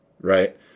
right